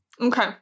okay